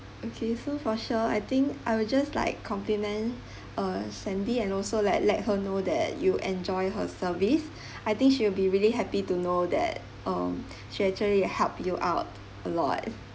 okay so for sure I think I will just like compliment uh sandy and also like let her know that you enjoy her service I think she will be really happy to know that um she actually help you out a lot